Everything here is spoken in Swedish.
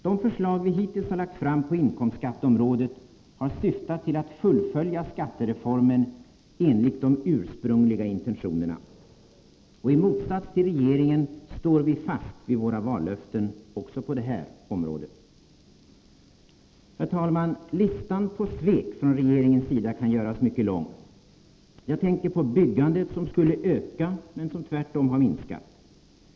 De förslag vi hittills har lagt fram på inkomstskatteområdet har syftat till att fullfölja skattereformen enligt de ursprungliga intentionerna. I motsats till regeringen står vi fast vid våra vallöften — också på det här området. Herr talman! Listan på svek från regeringens sida kan göras mycket lång. Jag tänker på byggandet, som skulle öka men som tvärtom har minskat.